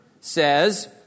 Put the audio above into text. says